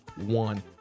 one